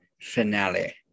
finale